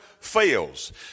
fails